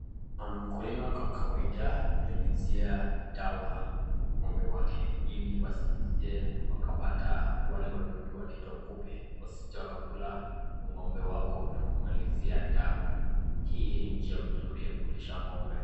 Mkulima kwa kawaida hunyunyuzia dawa ng'ombe wake ili wasije wakapata wale wadudu wanaitwa kupe. Wasije wakakula ng'ombe wako na kumalizia damu, hii ni njia mzuri ya kulisha ng'ombe.